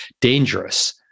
dangerous